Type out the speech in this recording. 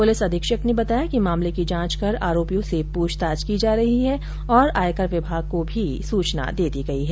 police अधीक्षक ने बताया कि मामले की जांच कर आरोपियों से पूछताछ की जा रही है और आयकर विभाग को भी सूचना दे दी गई है